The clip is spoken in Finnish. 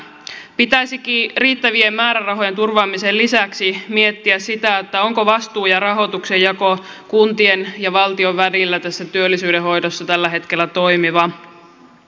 pitäisikin riittävien määrärahojen turvaamisen lisäksi miettiä sitä onko vastuun ja rahoituksen jako kuntien ja valtion välillä tässä työllisyyden hoidossa tällä hetkellä toimiva